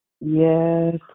yes